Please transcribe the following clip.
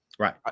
Right